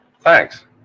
Thanks